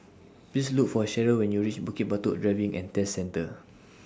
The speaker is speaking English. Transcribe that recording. Please Look For Sheryl when YOU REACH Bukit Batok Driving and Test Centre